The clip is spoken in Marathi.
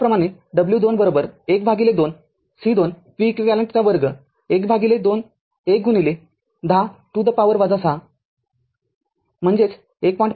त्याचप्रमाणे w २१ भागिले २ C२ v eq२१ भागिले २१ गुणिले १० to the power ६ ५०२ म्हणजेच १